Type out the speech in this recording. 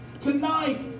Tonight